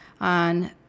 on